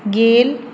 ਗੇਲ